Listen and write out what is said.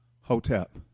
hotep